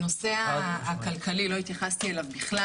לנושא הכלכלי לא התייחסתי בכלל,